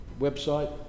website